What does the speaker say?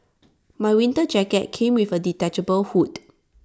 my winter jacket came with A detachable hood